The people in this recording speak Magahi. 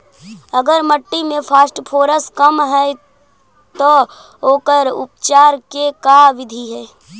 अगर मट्टी में फास्फोरस कम है त ओकर उपचार के का बिधि है?